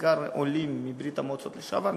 בעיקר עולים מברית-המועצות לשעבר,